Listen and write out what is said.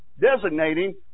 designating